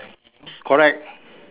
correct